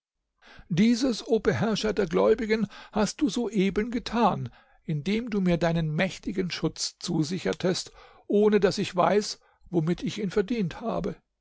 dieses o beherrscher der gläubigen hast du soeben getan indem du mir deinen mächtigen schutz zusichertest ohne daß ich weiß womit ich ihn verdient habe